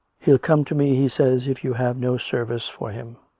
he'll come to me, he says, if you have no service for him.